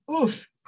Oof